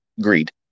greed